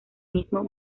mismo